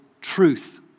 truth